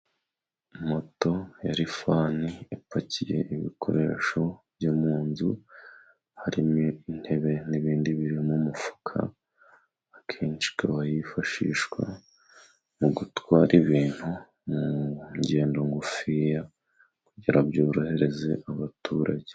Moto ya rifani ipakiye ibikoresho byo mu nzu, harimo intebe n'ibindi biri mu mufuka .Akenshi ikaba yifashishwa mu gutwara ibintu, mu ngendo ngufiya kugira ngo byorohereze abaturage.